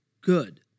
good